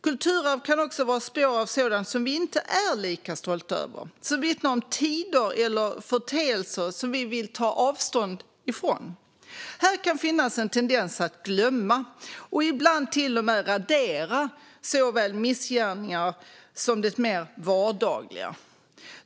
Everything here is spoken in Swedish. Kulturarv kan också vara spår av sådant som vi inte är lika stolta över och som vittnar om tider eller företeelser vi vill ta avstånd ifrån. Här kan finnas en tendens att glömma, och ibland till och med radera, såväl missgärningar som det mer vardagliga.